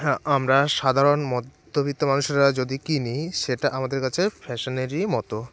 হ্যাঁ আমরা সাধারণ মধ্যবিত মানুষেরা যদি কিনি সেটা আমাদের কাছে ফ্যাশনেরই মতো